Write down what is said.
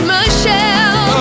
Michelle